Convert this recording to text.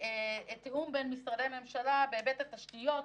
ותיאום בין משרדי ממשלה בהיבט התשתיות,